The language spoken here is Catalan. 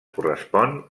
correspon